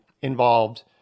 involved